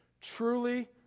Truly